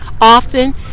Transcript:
often